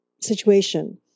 situation